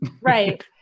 right